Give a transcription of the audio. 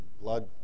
blood